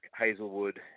Hazelwood